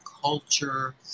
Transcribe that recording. culture